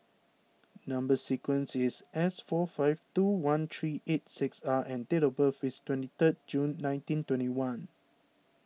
Number Sequence is S four five two one three eight six R and date of birth is twenty third June nineteen twenty one